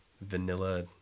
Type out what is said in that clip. vanilla